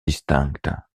distinctes